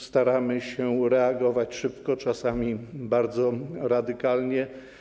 Staramy się reagować szybko, czasami bardzo radykalnie.